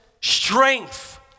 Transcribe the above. strength